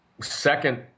second